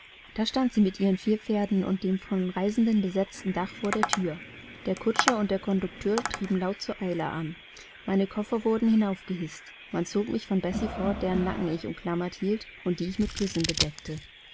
da stand sie mit ihren vier pferden und dem von reisenden besetzten dach vor der thür der kutscher und der kondukteur trieben laut zur eile an mein koffer wurde hinauf gehißt man zog mich von bessie fort deren nacken ich umklammert hielt und die ich mit küssen bedeckte